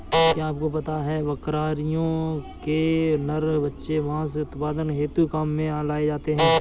क्या आपको पता है बकरियों के नर बच्चे मांस उत्पादन हेतु काम में लाए जाते है?